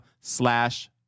slash